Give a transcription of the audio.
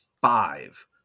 five